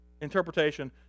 interpretation